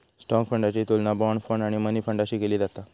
stock फंडाची तुलना bond fund आणि मनी फंडाशी केली जाता